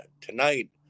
tonight